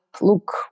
look